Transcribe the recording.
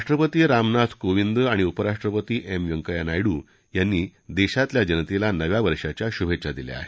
राष्ट्रपती रामनाथ कोविंद आणि उपराष्ट्रपती एम व्यंकय्या नायडू यांनी देशातल्या जनतेला नव्या वर्षाच्या शुभेच्छा दिल्या आहेत